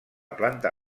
planta